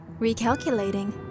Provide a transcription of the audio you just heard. Recalculating